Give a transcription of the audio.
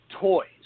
toys